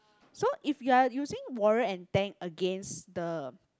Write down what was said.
so if you are using warrior and tank against the